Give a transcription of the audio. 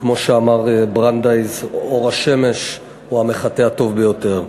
כמו שאמר ברנדייס: אור השמש הוא המחטא הטוב ביותר.